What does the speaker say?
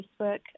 Facebook